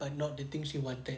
but not the things she wanted